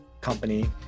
company